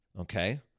Okay